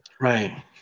Right